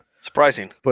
Surprising